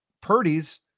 Purdy's